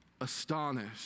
astonished